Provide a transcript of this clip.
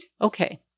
Okay